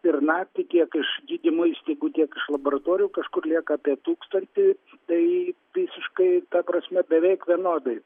ir naktį kiek iš gydymo įstaigų tiek iš laboratorijų kažkur lieka apie tūkstantį tai visiškai ta prasme beveik vienodai